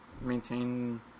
maintain